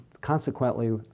consequently